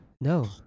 No